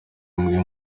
mwebwe